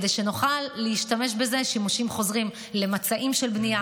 כדי שנוכל להשתמש בזה שימושים חוזרים למצעים של בנייה,